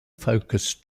focused